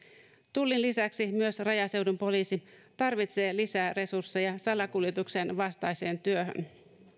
tullin lisäksi myös rajaseudun poliisi tarvitsee lisää resursseja salakuljetuksen vastaiseen työhön